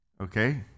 Okay